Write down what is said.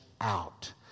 out